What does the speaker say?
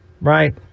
Right